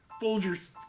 Folger's